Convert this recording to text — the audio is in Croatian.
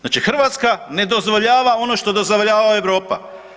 Znači Hrvatska ne dozvoljava ono što dozvoljava Europa.